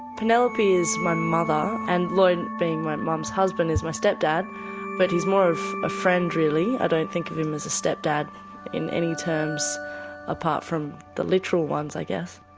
penelope is my mother and lloyd being my mum's husband is my step dad but he's more of a friend really, i don't think of him as a step dad in any terms apart from the literal ones i guess.